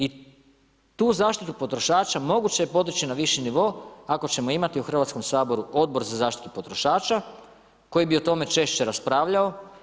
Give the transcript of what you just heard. I tu zaštitu potrošača moguće je podići na viši nivo ako ćemo imati u Hrvatskom saboru Odbor za zaštitu potrošača koji bi o tome češće raspravljao.